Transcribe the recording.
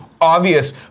obvious